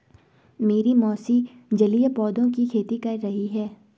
मेरी मौसी जलीय पौधों की खेती कर रही हैं